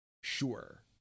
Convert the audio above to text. Sure